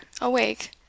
awake